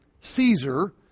Caesar